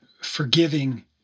forgiving